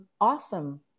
awesome